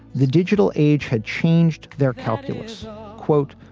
the digital age had changed their calculus quote,